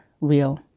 real